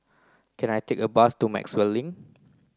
can I take a bus to Maxwell Link